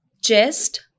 chest